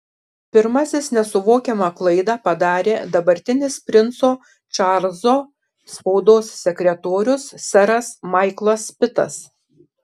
pirmasis nesuvokiamą klaidą padarė dabartinis princo čarlzo spaudos sekretorius seras maiklas pitas